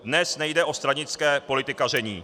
Dnes nejde o stranické politikaření.